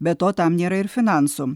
be to tam nėra ir finansų